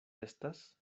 estas